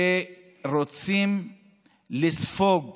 שרוצים לספוג